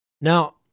Now